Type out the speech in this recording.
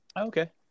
Okay